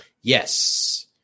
Yes